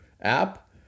app